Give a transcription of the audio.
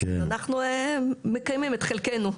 אז אנחנו מקיימים את חלקנו.